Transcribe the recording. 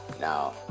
Now